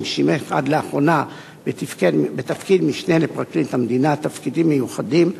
אשר שימש עד לאחרונה בתפקיד משנה לפרקליט המדינה (תפקידים מיוחדים),